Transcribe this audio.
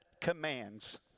commands